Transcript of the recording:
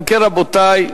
אם כן, רבותי,